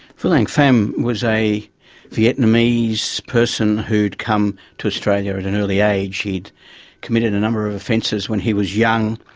vu lang pham was a vietnamese person who had come to australia at an early age. he had committed a number of offences when he was young.